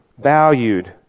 Valued